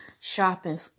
shopping